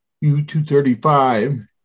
U-235